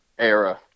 Era